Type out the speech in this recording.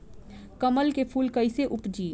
कमल के फूल कईसे उपजी?